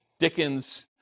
Dickens